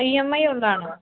E M I ഉള്ളതാണോ